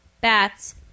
bats